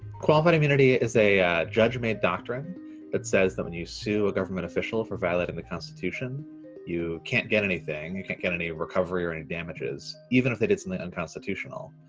qualified immunity is a judge-made doctrine that says that when you sue a government official for violating the constitution you can't get anything. you can't get any recovery or any damages, even if they did something unconstitutional.